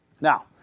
Now